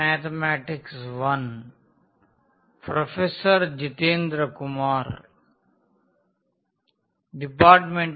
స్వాగతం